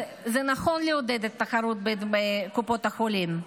זה נכון לעודד את התחרות בין קופות החולים,